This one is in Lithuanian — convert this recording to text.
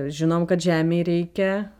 žinom kad žemei reikia